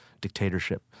dictatorship